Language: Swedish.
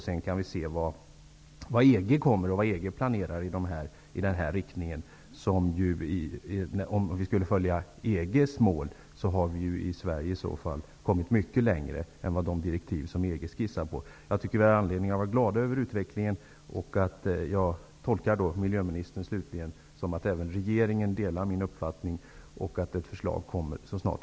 Sedan återstår det att se vad EG planerar. Jämfört med EG har vi i Sverige kommit mycket längre än vad de direktiv som man där skissar på anger. Jag tycker att vi har anledning att vara glada över utvecklingen. Jag tolkar slutligen miljöministern så att även regeringen delar min uppfattning och att ett förslag kommer snart.